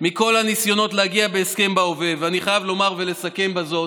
מכל הניסיונות להגיע להסכם בהווה." ואני חייב לומר ולסכם בזאת,